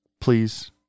Please